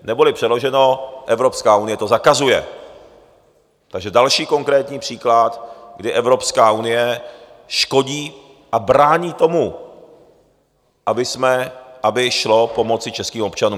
Neboli přeloženo Evropská unie to zakazuje, takže další konkrétní příklad, kdy Evropská unie škodí a brání tomu, aby šlo pomoci českým občanům.